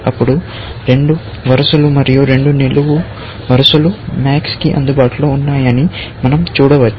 అప్పుడు రెండు వరుసలు మరియు రెండు నిలువు వరుసలు MAX కి అందుబాటులో ఉన్నాయని మనం చూడవచ్చు